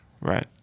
Right